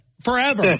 forever